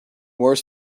more